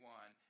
one